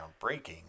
groundbreaking